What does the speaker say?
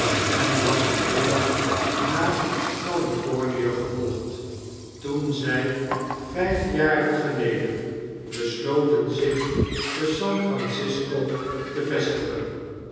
en was hem willig naar california gevolgd toen z j vyf jaren geleden besloten zich te san francisco te vestigen